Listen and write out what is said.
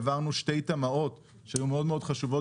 העברנו שתי תמ"אות שהיו מאוד חשובות